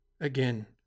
Again